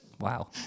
wow